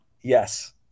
Yes